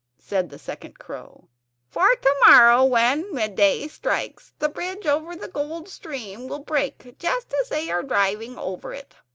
said the second crow for to-morrow, when midday strikes, the bridge over the gold stream will break just as they are driving over it.